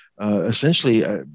essentially